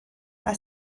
mae